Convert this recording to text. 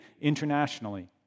internationally